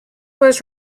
was